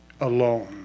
alone